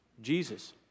Jesus